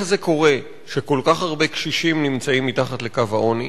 קורה שכל כך הרבה קשישים נמצאים מתחת לקו העוני,